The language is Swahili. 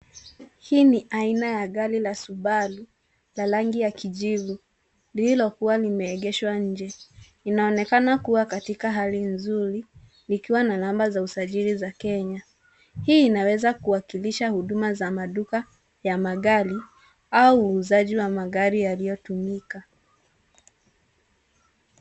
Hii ni aina ya gari la Subaru la rangi ya kijivu lilokuwa limeegeshwa nje. Inaonekana kuwa katika hali nzuri likiwa na namba za usajili za Kenya. Hii inaweza kuwakilisha huduma za maduka ya magari au uuzaji wa magari yaliyotumika.